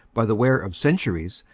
by the wear of centuries,